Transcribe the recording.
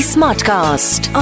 Smartcast